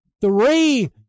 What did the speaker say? three